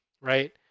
right